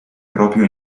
proprio